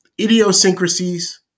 idiosyncrasies